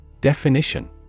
Definition